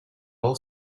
all